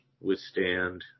withstand